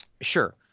Sure